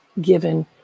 given